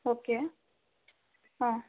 okay ಹಾಂ